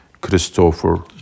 Christopher